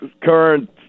current